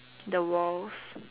the walls